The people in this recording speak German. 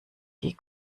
die